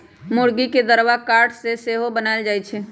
मूर्गी के दरबा काठ से सेहो बनाएल जाए छै